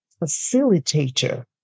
facilitator